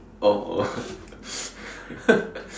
oh